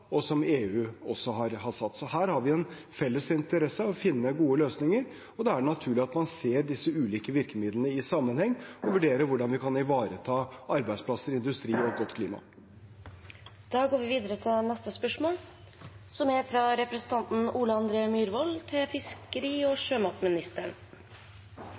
og som EU også har satt. Så her har vi en felles interesse av å finne gode løsninger, og det er naturlig at man ser disse ulike virkemidlene i sammenheng og vurderer hvordan vi kan ivareta både arbeidsplasser i industrien og et godt klima. Dette spørsmålet er utsatt til neste spørretime. «Rapporten «Krafttak for kysttorsken» har skapt stor uro blant yrkesfiskere på Hvaler og